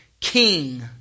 king